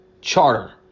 charter